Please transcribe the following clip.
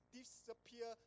disappear